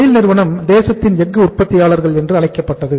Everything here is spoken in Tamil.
SAIL நிறுவனம் தேசத்தின் எஃகு உற்பத்தியாளர் என்றுஅழைக்கப்பட்டது